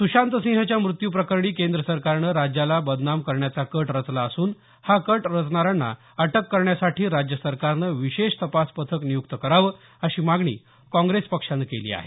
स्शांतसिंहच्या मृत्यू प्रकरणी केंद्र सरकारनं राज्याला बदनाम करण्याचा कट रचला असून हा कट रचणाऱ्यांना अटक करण्यासाठी राज्य सरकारनं विशेष तपास पथक नियुक्त करावं अशी मागणी काँग्रेस पक्षानं केली आहे